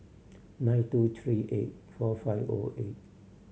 nine two three eight four five O eight